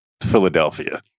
Philadelphia